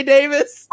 Davis